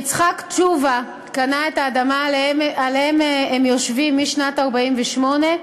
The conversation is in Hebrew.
יצחק תשובה קנה את האדמה שעליה הם יושבים משנת 1948,